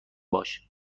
باش